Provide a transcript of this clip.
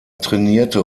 trainierte